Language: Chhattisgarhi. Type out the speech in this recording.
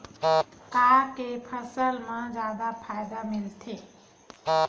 का के फसल मा जादा फ़ायदा मिलथे?